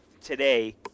today –